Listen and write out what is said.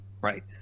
right